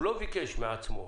הוא לא ביקש מעצמו,